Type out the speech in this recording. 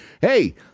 hey